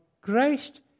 Christ